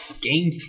Game